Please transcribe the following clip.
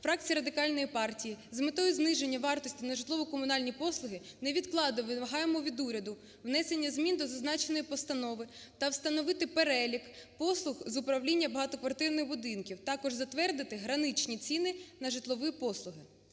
фракція Радикальної партії, з метою зниження вартості на житлово-комунальні послуги, невідкладно вимагаємо від уряду внесення змін до зазначеної постанови та встановити перелік послуг з управління багатоквартирних будинків, також затвердити граничні ціні на житлові послуги.